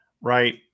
Right